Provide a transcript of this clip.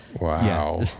Wow